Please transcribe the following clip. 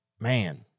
man